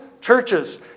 churches